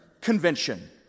convention